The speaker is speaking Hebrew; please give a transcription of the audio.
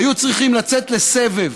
היו צריכים לצאת לסבב